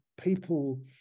people